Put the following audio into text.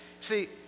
See